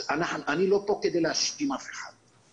אני לא פה כדי להאשים אף אחד.